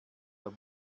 der